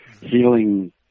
healing